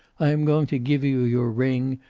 i am going to give you your ring,